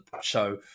show